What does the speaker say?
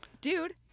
dude